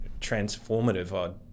transformative